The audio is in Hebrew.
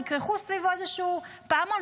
תכרכו סביבו איזשהו פעמון,